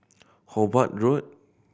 Hobart Road